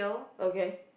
okay